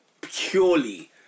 purely